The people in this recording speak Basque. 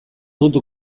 dut